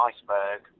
iceberg